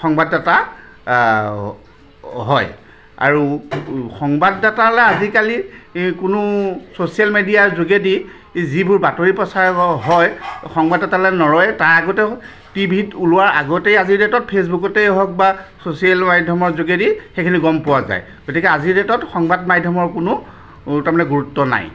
সংবাদদাতা হয় আৰু সংবাদদাতালে আজিকালি কোনো ছ'চিয়েল মিডিয়াৰ যোগেদি যিবোৰ বাতৰি প্ৰচাৰ হয় সংবাদদাতালৈ নৰয় তাৰ আগতেও টি ভিত ওলোৱাৰ আগতেই আজিৰ ডে'টত ফেচবুকতেই হওক বা ছ'চিয়েল মাধ্যমৰ যোগেদি সেইখিনি গম পোৱা যায় গতিকে আজিৰ ডে'টত সংবাদ মাধ্যমৰ কোনো তাৰমানে গুৰুত্ব নাই